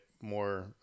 more